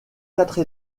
quatre